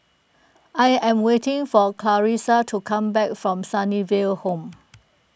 I am waiting for Clarisa to come back from Sunnyville Home